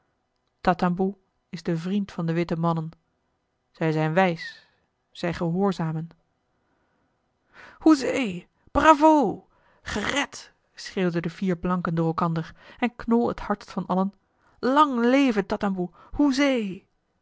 tatamboe is de vriend van de witte mannen zij zijn wijs zij gehoorzamen hoezee bravo gered schreeuwden de vier blanken doorelkander en knol het hardst van allen lang leve tatamboe hoezee